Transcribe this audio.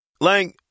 Lang